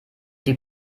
die